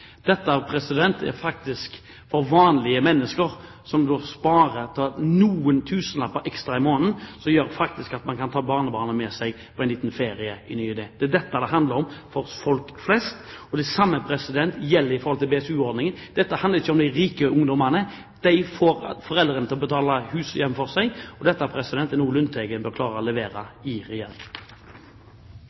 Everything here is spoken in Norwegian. Dette er faktisk for vanlige mennesker som sparer noen tusenlapper ekstra i måneden, som gjør at de kan ta med seg barnebarna på en liten ferie i ny og ne. Det er det dette handler om for folk flest. Det samme gjelder BSU-ordningen. Det handler ikke om de rike ungdommene. De får foreldrene til å betale hus og hjem for seg. Dette er noe Lundteigen bør klare å levere i regjering.